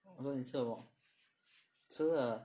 我说你吃什么吃了